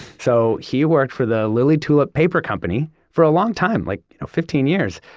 so, he worked for the lily tulip paper company for a long time. like, you know, fifteen years.